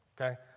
okay